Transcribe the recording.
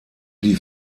die